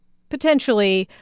potentially,